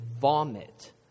vomit